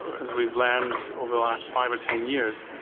as we've learned over the last five or ten years,